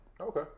Okay